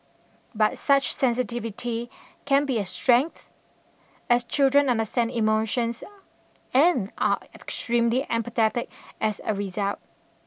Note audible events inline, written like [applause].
but such sensitivity can be a strength as children understand emotions [noise] and are extremely empathetic as a result